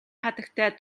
хатагтай